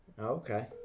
Okay